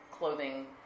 clothing